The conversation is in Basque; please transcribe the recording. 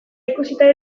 ikusita